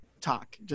talk